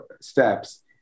steps